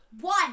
One